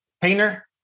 Painter